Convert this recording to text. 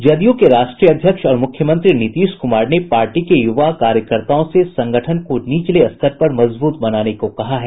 जदयू के राष्ट्रीय अध्यक्ष और मुख्यमंत्री नीतीश कुमार ने पार्टी के युवा कार्यकर्ताओं से संगठन को निचले स्तर तक मजबूत बनाने को कहा है